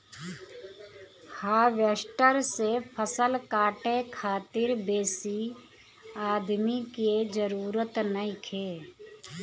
harvester से फसल काटे खातिर बेसी आदमी के जरूरत नइखे